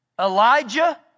Elijah